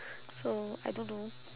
so I don't know